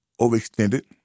overextended